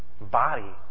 body